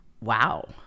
Wow